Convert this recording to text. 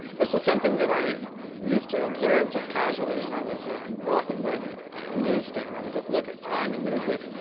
this was something that i used to observe just casually when i was walking by a ah newsstand. i would just look at time and newsweek,